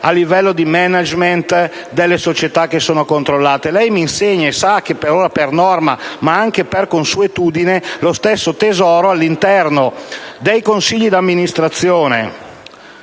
al livello di *management,* delle società che sono controllate. Lei me lo insegna, e sa che, per ora, per norma e anche per consuetudine, lo stesso Tesoro all'interno dei consigli di amministrazione